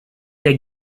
they